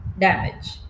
damage